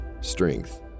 strength